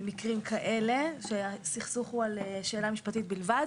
במקרים כאלה, שהסכסוך הוא על שאלה משפטית בלבד.